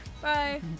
Bye